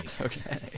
Okay